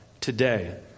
today